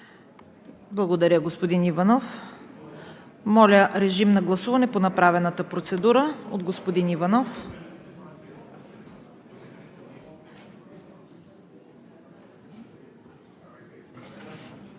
Благодаря, господин Иванов. Моля, режим на гласуване по направената процедура от господин Иванов.